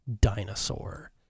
dinosaur